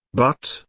but,